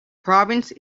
province